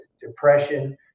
depression